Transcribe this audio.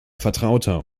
vertrauter